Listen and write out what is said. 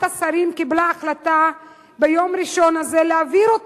השרים קיבלה לגביה החלטה ביום ראשון הזה להעביר,